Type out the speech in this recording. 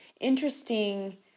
interesting